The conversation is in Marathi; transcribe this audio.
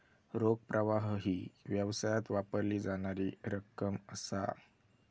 रोख प्रवाह ही व्यवसायात वापरली जाणारी रक्कम असा